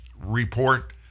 report